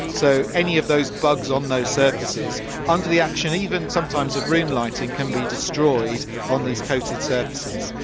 so any of those bugs on those surfaces and the action even sometimes of room lighting, can be destroyed on these coated surfaces.